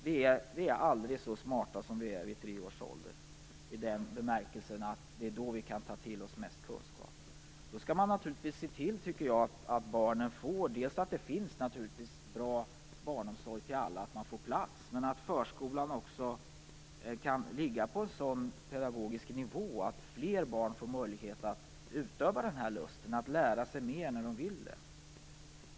Vi är aldrig så smarta som vi är i treårsåldern i den bemärkelsen att det är då som vi kan ta till oss mest kunskap. Därför bör man se till att det finns bra barnomsorg åt alla, att alla får plats och att verksamheten i förskolan kan ligga på en sådan pedagogisk nivå att fler barn får möjlighet att ta vara på sin lust att lära sig mer när de vill det.